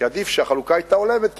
כי עדיף שהחלוקה היתה הולמת,